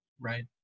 Right